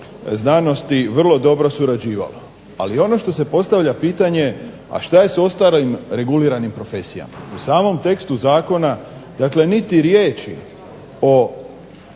znanosti vrlo dobro surađivalo. Ali, ono što se postavlja pitanje, a što je s ostalim reguliranim profesijama? U samom tekstu zakona dakle niti riječi o